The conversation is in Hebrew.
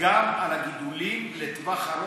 גם על הגידולים של החקלאות לטווח ארוך.